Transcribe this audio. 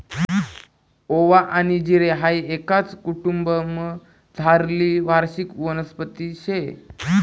ओवा आनी जिरे हाई एकाच कुटुंबमझारली वार्षिक वनस्पती शे